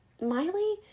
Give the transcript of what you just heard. Miley